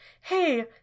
hey